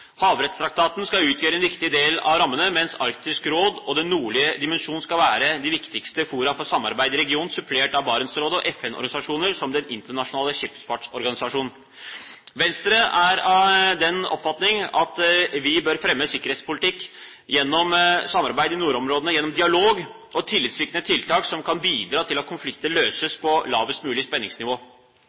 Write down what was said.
Havrettstraktaten skal utgjøre en viktig del av rammene, mens Arktisk Råd og Den nordlige dimensjon skal være de viktigste fora for samarbeid i regionen, supplert av Barentsrådet og FN-organisasjoner som Den internasjonale skipsfartsorganisasjon. Venstre er av den oppfatning at vi bør fremme en sikkerhetspolitikk gjennom samarbeid i nordområdene, gjennom dialog og tillitvekkende tiltak som kan bidra til at konflikter løses på lavest mulig spenningsnivå.